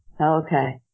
Okay